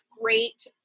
great